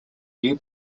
new